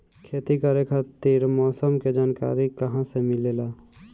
खेती करे खातिर मौसम के जानकारी कहाँसे मिलेला?